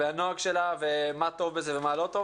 מה טוב בה ומה לא.